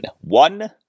One